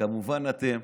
כמובן שאתם